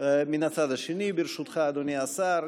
מן הצד השני, ברשותך, אדוני השר.